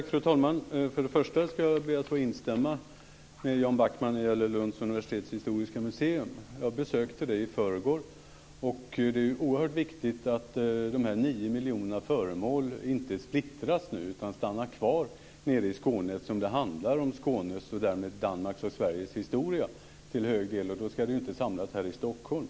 Fru talman! För det första ska jag be att få instämma med Jan Backman när det gäller Lunds universitets historiska museum. Jag besökte det i förrgår. Det är oerhört viktigt att de nio miljoner föremålen inte splittras nu utan stannar kvar nere i Skåne eftersom detta handlar om Skånes, och därmed Danmarks och Sveriges, historia till stor del. Då ska föremålen inte samlas här i Stockholm.